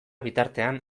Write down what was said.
bitartean